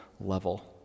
level